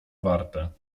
warte